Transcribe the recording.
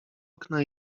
okna